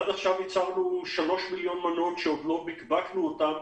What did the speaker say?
עד עכשיו ייצרנו 3 מיליון מנות שעוד לא בקבקנו אותן